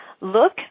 look